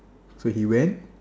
so he went